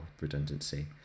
redundancy